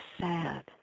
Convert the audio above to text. sad